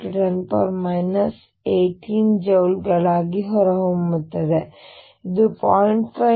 5×10 18 ಜೌಲ್ಗಳಾಗಿ ಹೊರಹೊಮ್ಮುತ್ತದೆ ಇದು 0